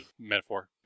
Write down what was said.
metaphor